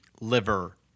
Liver